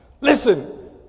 Listen